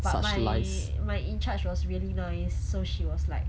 but my my in charge was really nice so she was like